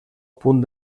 punt